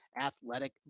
Athletic